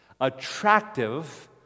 attractive